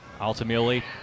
Ultimately